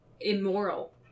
immoral